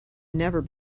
never